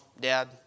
Dad